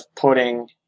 putting